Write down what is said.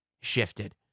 shifted